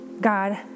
God